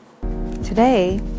today